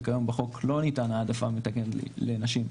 וכיום בחוק לא ניתנת העדפה מתקנת לנשים,